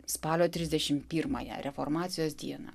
spalio trisdešim pirmąją reformacijos dieną